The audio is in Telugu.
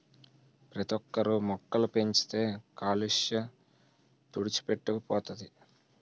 ప్రతోక్కరు మొక్కలు పెంచితే కాలుష్య తుడిచిపెట్టుకు పోతది